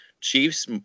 Chiefs